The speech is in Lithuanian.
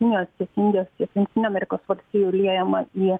kinijos tiek indijos tiek jungtinių amerikos valstijų liejama į